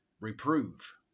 reprove